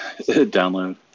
download